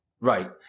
Right